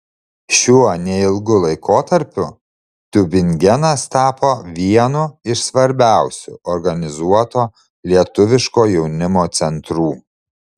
šiuo neilgu laikotarpiu tiubingenas tapo vienu iš svarbiausių organizuoto lietuviško jaunimo centrų